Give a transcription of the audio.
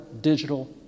digital